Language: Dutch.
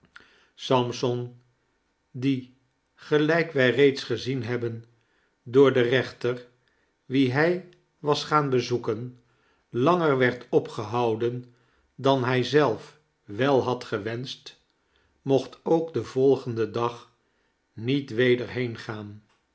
sampson die gelijk wij reeds gezien hebben door den reenter wien hij was gaan bezoeken langer werd opgehouden dan hij zelf wel had gewenscht mocht ook den volgenden dag niet weder